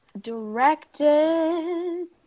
Directed